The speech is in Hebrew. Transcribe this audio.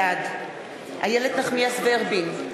בעד איילת נחמיאס ורבין,